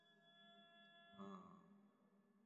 ah